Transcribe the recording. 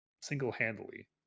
single-handedly